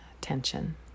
tension